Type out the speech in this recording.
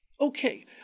okay